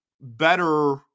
better